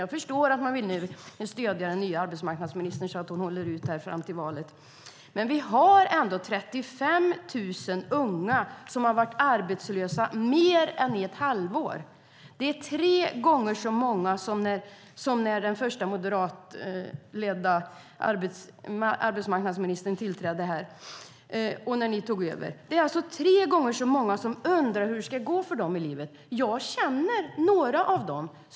Jag förstår att man vill stödja den nya arbetsmarknadsministern så att hon håller ut fram till valet. Men vi har 35 000 unga som har varit arbetslösa i mer än ett halvår. Det är tre gånger så många som när den första moderata arbetsmarknadsministern tillträdde och ni tog över. Det är alltså tre gånger så många som undrar hur det ska gå för dem i livet. Jag känner några av dem.